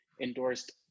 endorsed